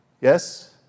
Yes